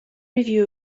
review